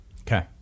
okay